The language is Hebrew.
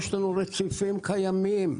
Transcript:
יש רציפים קיימים.